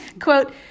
Quote